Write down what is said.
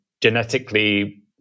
genetically